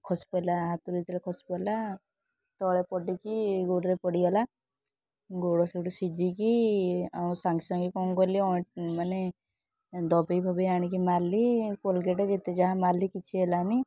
ଖସି ପଡ଼ିଲା ହାତରୁ ଯେତେବେଳେ ଖସିପଡ଼ିଲା ତଳେ ପଡ଼ିକି ଗୋଡ଼ରେ ପଡ଼ିଗଲା ଗୋଡ଼ ସେଠୁ ସିଜିକି ଆଉ ସାଙ୍ଗେ ସାଙ୍ଗେ କ'ଣ କଲି ମାନେ ଦବେଇ ଫବେଇ ଆଣିକି ମାରିଲି କୋଲ୍ଗେଟ୍ ଯେତେ ଯାହା ମାରିଲି କିଛି ହେଲାନି